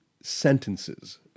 sentences